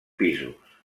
pisos